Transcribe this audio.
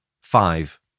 five